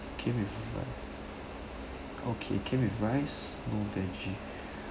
came with rice okay came with rice no veggie